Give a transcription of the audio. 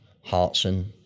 Hartson